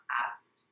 asked